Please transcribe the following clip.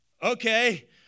Okay